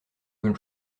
bonne